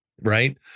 Right